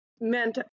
meant